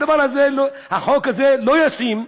החוק הזה לא ישים.